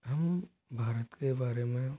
हम भारत के बारे में